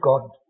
God